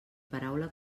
paraula